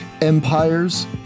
empires